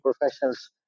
professionals